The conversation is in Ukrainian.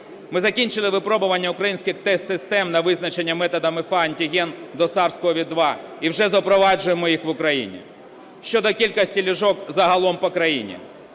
Ми закінчили випробування українських тест-систем на визначення методом ІФА-антиген до SARS-CoV-2 і вже запроваджуємо їх в Україні. Щодо кількості ліжок загалом по країні.